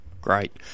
great